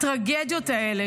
הטרגדיות האלה,